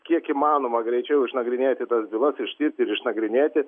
kiek įmanoma greičiau išnagrinėti tas bylas ištirti ir išnagrinėti